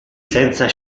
senza